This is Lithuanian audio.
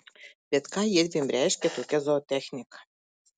bet ką jiedviem reiškia tokia zootechnika